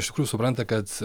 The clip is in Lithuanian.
iš tikrųjų supranta kad